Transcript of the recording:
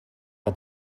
que